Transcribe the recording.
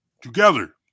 together